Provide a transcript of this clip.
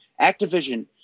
activision